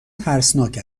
ترسناک